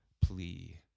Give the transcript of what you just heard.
plea